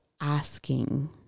asking